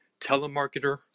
telemarketer